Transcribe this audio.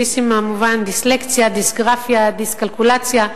"דיסים" מהמובן דיסלקציה, דיסגרפיה, דיסקלקולציה.